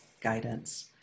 guidance